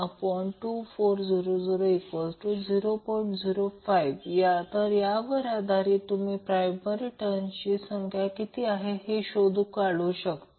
05 तर यावर आधारित तुम्ही प्रायमरी बाजूला टन्सची संख्या किती हे शोधून काढू शकता